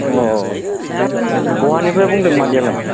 अ बबेनिफ्राय बुंदों मादैआलाय